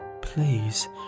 Please